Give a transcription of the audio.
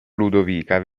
ludovica